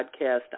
podcast